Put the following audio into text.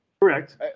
Correct